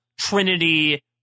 Trinity